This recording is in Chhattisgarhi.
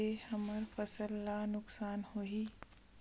से हमर फसल ला नुकसान होही?